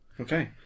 Okay